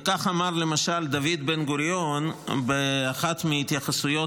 וכך אמר למשל דוד בן-גוריון באחת מההתייחסויות